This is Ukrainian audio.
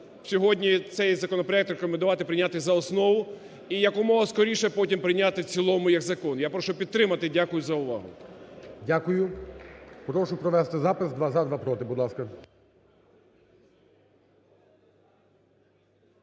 сьогодні цей законопроект рекомендувати прийняти за основу і якомога скоріше потім прийняти в цілому як закон. Я прошу підтримати і дякую за увагу. ГОЛОВУЮЧИЙ. Дякую. Прошу провести запис: два – за, два – проти. Будь ласка.